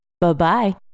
Bye-bye